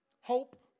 Hope